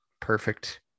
perfect